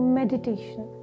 meditation